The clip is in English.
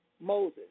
Moses